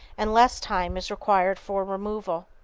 and less time is required for removal.